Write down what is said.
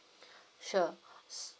sure